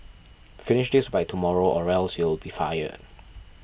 finish this by tomorrow or else you'll be fired